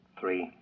Three